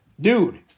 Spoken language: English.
dude